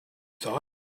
thought